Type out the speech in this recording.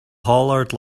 hollered